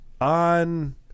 on